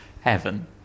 Heaven